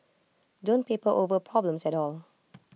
don't paper over problems at all